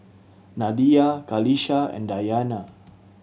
Nadia Qalisha and Dayana